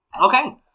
Okay